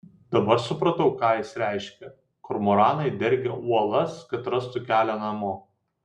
dabar supratau ką jis reiškia kormoranai dergia uolas kad rastų kelią namo